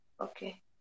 Okay